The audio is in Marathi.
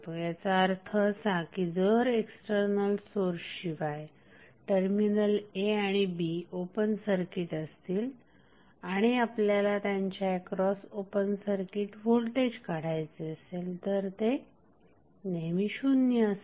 याचा अर्थ असा की जर एक्स्टर्नल सोर्स शिवाय टर्मिनल्स a आणि b ओपन सर्किट असतील आणि आपल्याला त्यांच्या एक्रॉस ओपन सर्किट व्होल्टेज काढायचे असेल तर ते नेहमी शून्य असेल